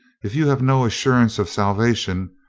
if you have no assurance of salvation,